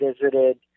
visited